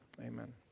Amen